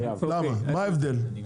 למה מה ההבדל?